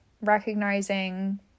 recognizing